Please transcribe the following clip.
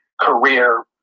career